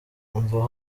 umva